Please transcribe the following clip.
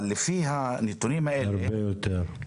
אבל לפי הנתונים האלה --- זה הרבה יותר.